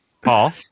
Paul